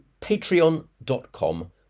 patreon.com